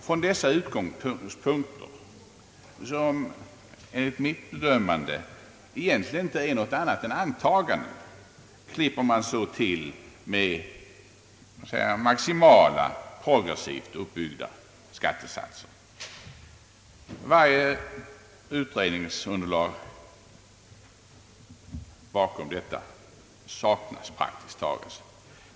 Från dessa utgångspunkter, som enligt mitt bedömande egentligen inte är något annat än antaganden, klipper man så till med maximala, progressivt uppbyggda skattesatser. För detta saknas praktiskt taget varje utredningsunderlag.